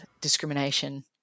discrimination